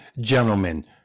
gentlemen